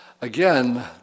again